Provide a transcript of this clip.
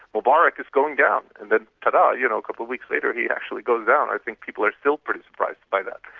mubarak is going down, and then ta-da! you know, a couple of weeks later he is actually goes down. i think people are still pretty surprised by that.